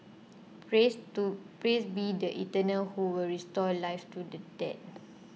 praise to praise be the Eternal who will restore life to the dead